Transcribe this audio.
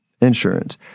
insurance